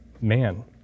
man